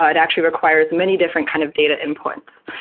ah it actually requires many different kind of data endpoints.